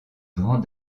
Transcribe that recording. grands